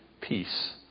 peace